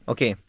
Okay